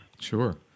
Sure